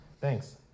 Thanks